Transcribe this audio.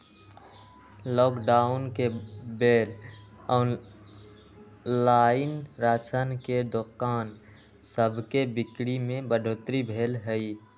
lockdown के बेर online राशन के दोकान सभके बिक्री में बढ़ोतरी भेल हइ